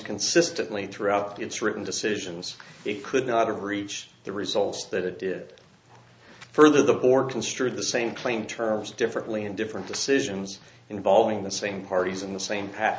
consistently throughout the it's written decisions it could not have reach the results that it did further the board construed the same claim terms differently in different decisions involving the same parties in the same path